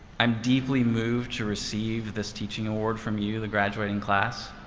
i'm deeply moved to receive this teaching award from you, the graduating class.